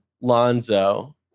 Lonzo